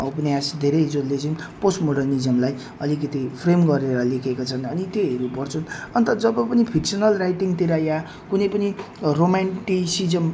उपन्यास धेरै जसले चाहिँ पोस्ट मोडर्निज्मलाई अलिकति फ्रेम गरेर लेखेका छन् अनि त्यहीहरू पढ्छु अन्त जब पनि फिक्सनल राइटिङतिर या कुनै पनि रोम्यान्टिसिज्म